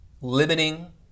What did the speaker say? Limiting